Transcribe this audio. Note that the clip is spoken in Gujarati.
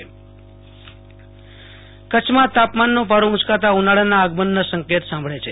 આશુતોષ અંતાણો કચ્છ હવામાન કચ્છમાં તાપમાનનો પારો ઉંચકાતા ઉનાળાના આગમનના સકેત સાંપડે છે